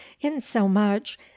insomuch